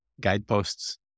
guideposts